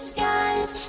Skies